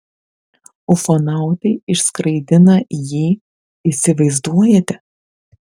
ufonautai išskraidina jį įsivaizduojate